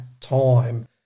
time